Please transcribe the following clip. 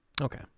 Okay